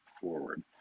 forward